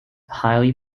highly